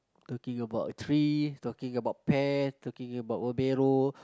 talking about a tree talking about pear talking about pomelo